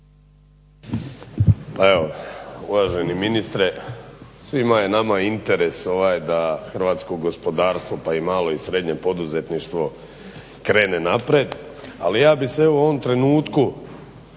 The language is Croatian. uvaženi ministre, svima je nama interes da hrvatsko gospodarstvo pa i malo i srednje poduzetništvo krene naprijed, ali ja bih se evo u ovom trenutku